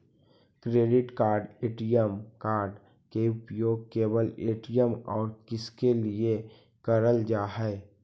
Credit card ATM card के उपयोग केवल ए.टी.एम और किसके के लिए करल जा है?